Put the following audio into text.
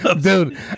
dude